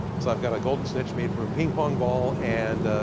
so i've got a golden snitch made from a ping pong ball and,